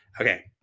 Okay